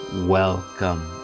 Welcome